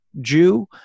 jew